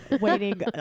waiting